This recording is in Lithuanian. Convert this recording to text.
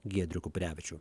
giedrių kuprevičių